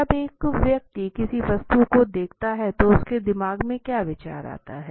जब एक व्यक्ति किसी वस्तु को देखता है तो उसके दिमाग में क्या विचार आता है